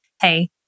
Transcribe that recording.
hey